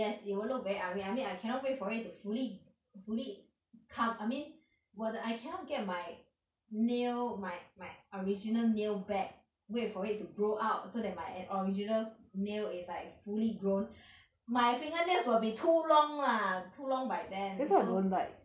yes it will look very ugly I mean I cannot wait for it to fully fully come I mean 我的 I cannot get my nail my my original nail back wait for it to grow out so that my at~ original nail is like fully grown my fingernails will be too long lah too long by then